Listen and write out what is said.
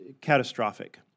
catastrophic